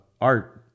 art